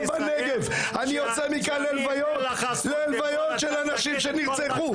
אני יוצא מכאן ללוויות של אנשים שנרצחו.